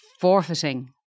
forfeiting